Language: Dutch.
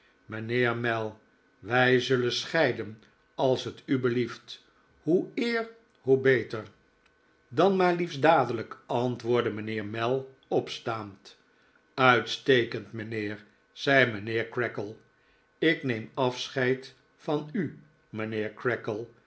mijnheer mell wij zullen scheiden als het u belieft hoe eer hoe beter dan maar liefst dadelijk antwoordde mijnheer mell opstaand uitstekend mijnheer zei mijnheer creakle ik neem afscheid van u